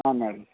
అవును మేడం